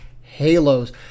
halos